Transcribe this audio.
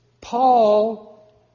Paul